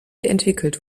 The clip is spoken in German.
entwickelt